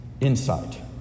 insight